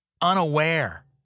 unaware